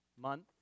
month